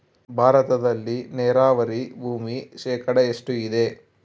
ಭಾರತದಲ್ಲಿ ನೇರಾವರಿ ಭೂಮಿ ಶೇಕಡ ಎಷ್ಟು ಇದೆ?